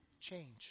Change